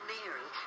Mary